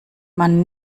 man